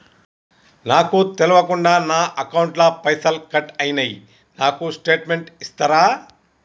నాకు తెల్వకుండా నా అకౌంట్ ల పైసల్ కట్ అయినై నాకు స్టేటుమెంట్ ఇస్తరా?